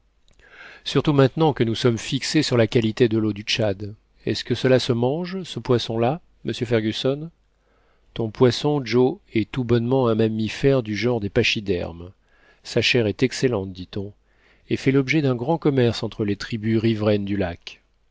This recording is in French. surtout maintenant que nous sommes fixés sur la qualité de leau du tchad est-ce que cela se mange ce poisson là monsieur fergusson ton poisson joe est tout bonnement un mammifère du genre des pachydermes sa chair est excellente dit-on et fait l'objet d'un grand commerce entre les tribus riveraines du lac